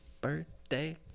Birthday